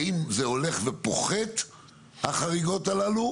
האם זה הולך ופוחת החריגות הללו,